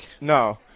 No